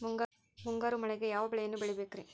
ಮುಂಗಾರು ಮಳೆಗೆ ಯಾವ ಬೆಳೆಯನ್ನು ಬೆಳಿಬೇಕ್ರಿ?